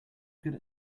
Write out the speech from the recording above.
good